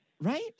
Right